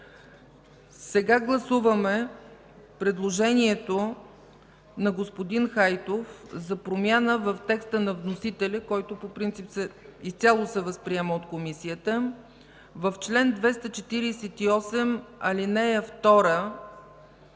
Сега гласуваме предложението на господин Хайтов за промяна в текста на вносителя, който по принцип изцяло се възприема от Комисията, в чл. 248, ал. 2